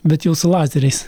bet jau su lazeriais